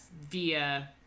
via